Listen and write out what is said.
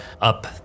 up